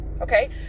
okay